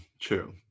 true